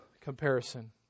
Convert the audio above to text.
comparison